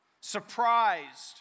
surprised